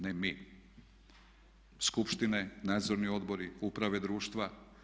Ne mi, skupštine, nadzorni odbori, uprave društva.